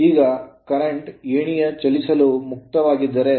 ಈಗ ಪ್ರಸ್ತುತ ವಾಹಕ ಏಣಿಯು ಚಲಿಸಲು ಮುಕ್ತವಾಗಿದ್ದರೆ